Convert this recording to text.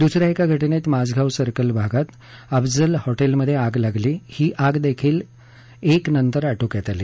दूसऱ्या एका घटनेत माझगाव सर्कल भागात अफझल हॉटेलमध्ये आग लागली ही आग देखील एकनंतर आटोक्यात आली